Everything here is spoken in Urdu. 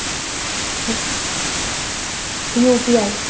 ہاں یو پی آئی